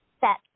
set